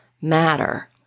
matter